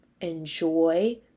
enjoy